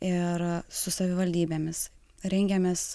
ir su savivaldybėmis rengiamės